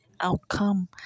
outcome